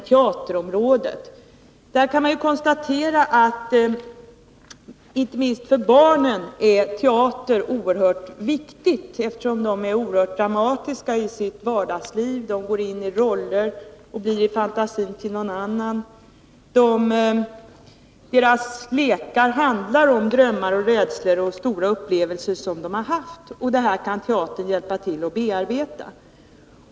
Teater är oerhört viktig, inte minst för barnen eftersom de är oerhört dramatiska i sitt vardagsliv — de går in i roller och blir i fantasin någon annan, deras lekar handlar om drömmar och stora upplevelser som de har haft. Detta kan teatern hjälpa till att bearbeta.